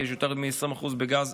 כי יש יותר מ-20% בפחם,